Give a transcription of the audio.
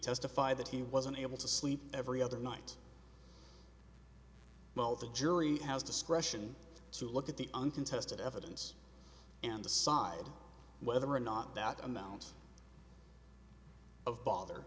testify that he was unable to sleep every other night well the jury has discretion to look at the uncontested evidence and decide whether or not that amount of bother